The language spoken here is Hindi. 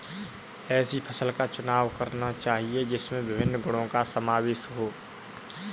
ऐसी फसल का चुनाव करना चाहिए जिसमें विभिन्न गुणों का समावेश हो